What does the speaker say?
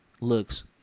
looks